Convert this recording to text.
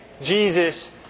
Jesus